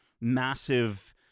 massive